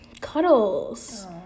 Cuddles